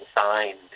signed